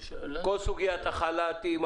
כל סוגיית החל"תים,